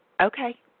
okay